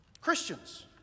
Christians